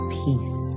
peace